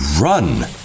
run